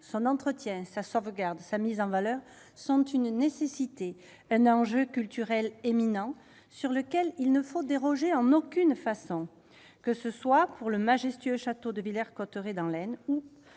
Son entretien, sa sauvegarde, sa mise en valeur sont une nécessité, un enjeu culturel éminent auquel il ne faut déroger en aucune façon, qu'il s'agisse du majestueux château de Villers-Cotterêts, dans l'Aisne, ou